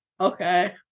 Okay